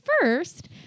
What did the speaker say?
first